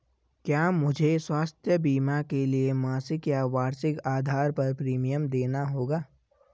क्या मुझे स्वास्थ्य बीमा के लिए मासिक या वार्षिक आधार पर प्रीमियम देना होगा?